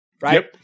Right